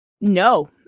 No